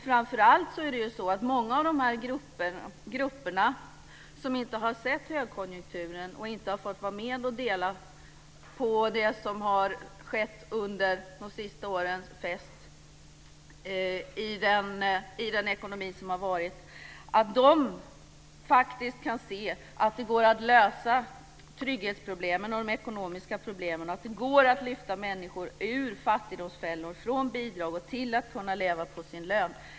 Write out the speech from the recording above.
Framför allt är det så att många av de grupper som inte har sett högkonjunkturen och inte har fått vara med och dela under den fest som det har varit i ekonomin under de senaste åren faktiskt kan se att det går att lösa trygghetsproblemen och de ekonomiska problemen och att det går att lyfta människor ur fattigdomsfällor - från bidrag till att kunna leva på sin lön.